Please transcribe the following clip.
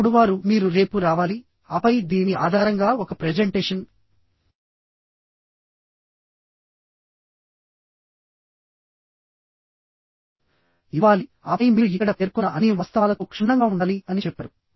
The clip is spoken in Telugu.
అప్పుడు వారు మీరు రేపు రావాలి ఆపై దీని ఆధారంగా ఒక ప్రెజెంటేషన్ ఇవ్వాలి ఆపై మీరు ఇక్కడ పేర్కొన్న అన్ని వాస్తవాలతో క్షుణ్ణంగా ఉండాలి అని చెప్పారు